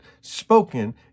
spoken